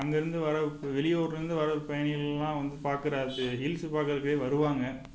அங்கேருந்து வர்ற வெளியூரில் இருந்து வரற பயணிகள்லாம் வந்து பார்க்கிற அந்த ஹீல்ஸ் பார்க்குறக்கே வருவாங்க